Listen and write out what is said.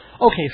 okay